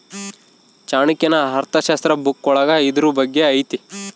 ಚಾಣಕ್ಯನ ಅರ್ಥಶಾಸ್ತ್ರ ಬುಕ್ಕ ಒಳಗ ಇದ್ರೂ ಬಗ್ಗೆ ಐತಿ